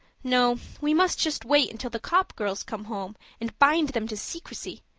no, we must just wait until the copp girls come home and bind them to secrecy.